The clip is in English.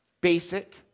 basic